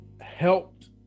helped